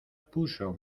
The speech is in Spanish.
puso